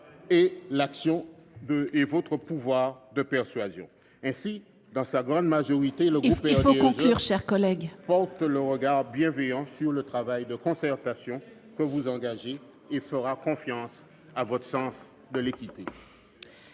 en votre pouvoir de persuasion. Ainsi, dans sa grande majorité, le groupe du RDSE porte un regard bienveillant sur le travail de concertation que vous engagez et fera confiance à votre sens de l'équité.